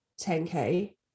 10k